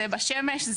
זה בשמש,